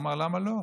הוא אמר: למה לא?